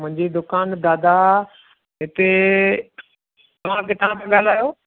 मुंहिंजी दुकानु दादा हिते तव्हां किथां पिया ॻाल्हायो